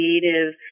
creative